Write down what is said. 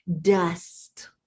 dust